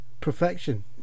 perfection